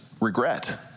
regret